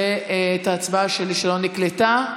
ואת ההצבעה שלי, שלא נקלטה,